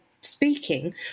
speaking